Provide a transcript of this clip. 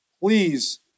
Please